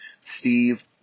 Steve